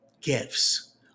gifts